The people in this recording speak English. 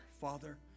Father